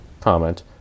comment